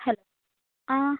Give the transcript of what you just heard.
hello ആ